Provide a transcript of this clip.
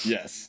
Yes